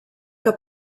que